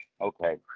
Okay